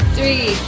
Three